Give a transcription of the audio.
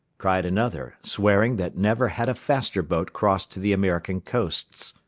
cried another, swearing that never had a faster boat crossed to the american coasts.